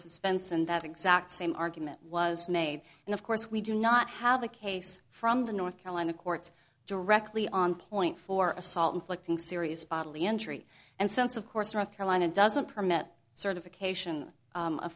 suspense and that exact same argument was made and of course we do not have the case from the north carolina courts directly on point for assault inflicting serious bodily injury and since of course north carolina doesn't permit certification